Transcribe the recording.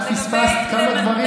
פספסת כמה דברים